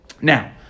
Now